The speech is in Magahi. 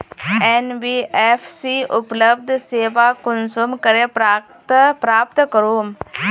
एन.बी.एफ.सी उपलब्ध सेवा कुंसम करे प्राप्त करूम?